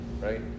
Right